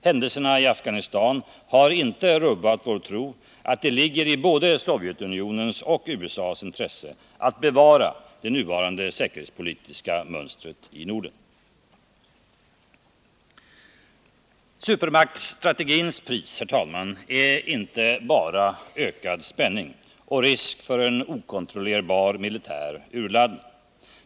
Händelserna i Afghanistan har inte rubbat vår tro att det ligger i såväl Sovjetunionens som USA:s intresse att bevara det nuvarande säkerhetspolitiska mönstret i Norden. Supermaktsstrategins pris är inte bara ökad spänning och risk för en okontrollerbar militär urladdning.